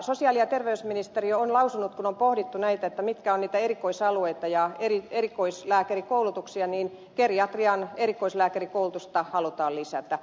sosiaali ja terveysministeriö on lausunut kun on pohdittu mitkä ovat niitä erikoisalueita ja erikoislääkärikoulutuksia että geriatrian erikoislääkärikoulutusta halutaan lisätä